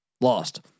lost